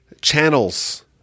channels